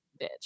bitch